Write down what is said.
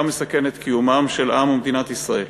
וגם מסכן את קיום עם ומדינת ישראל.